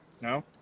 no